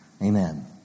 Amen